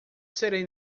serei